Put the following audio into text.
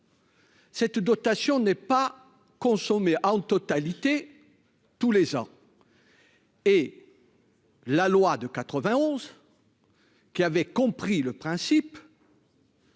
Cette dotation n'est pas consommés en totalité, tous les ans. Et. La loi de 91 qui avait compris le principe.